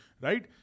Right